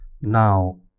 Now